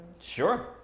Sure